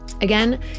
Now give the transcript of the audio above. Again